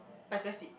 but it's very sweet